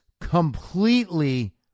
completely